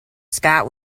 scott